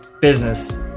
business